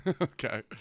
Okay